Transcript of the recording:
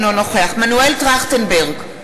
אינו נוכח מנואל טרכטנברג,